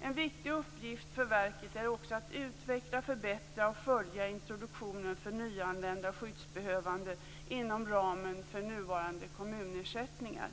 En viktig uppgift för verket är också att utveckla, förbättra och följa introduktionen för nyanlända skyddsbehövande inom ramen för nuvarande kommunersättningar.